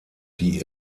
die